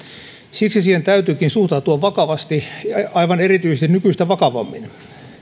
siksi siihen täytyykin suhtautua vakavasti ja aivan erityisesti nykyistä vakavammin